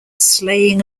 slaying